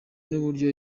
n’uburyo